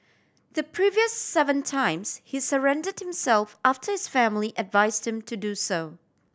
the previous seven times he surrendered himself after his family advised him to do so